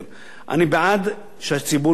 אני בעד שהציבור ישלם אגרה.